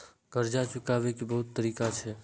कर्जा चुकाव के बहुत तरीका छै?